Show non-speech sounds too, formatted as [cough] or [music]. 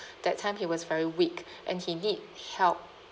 [breath] that time he was very weak and he need help